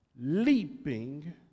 leaping